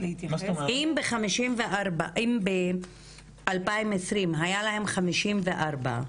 אם ב-2020 היו להם 54,